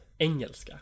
engelska